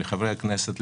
לחברי הכנסת,